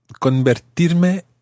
convertirme